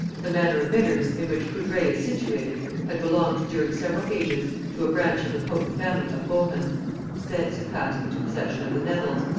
the manor of midhurst, in which coudray is situated, had belonged during several ages to a branch of the potent family of bohun thence it passed into possession of the nevils,